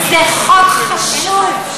זה חוק חשוב.